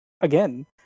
again